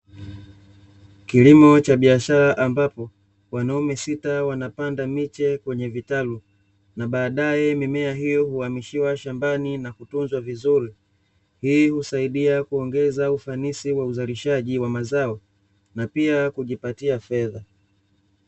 Kilimo cha biashara ambapo wanaume sita wanapanda miche kwenye vitalu na baadaye mimea hiyo huamishiwa shambani na kutunzwa vizuri, Hii husaidia kuongeza ufanisi wa uzalishaji wa mazao na pia kujipatia fedha.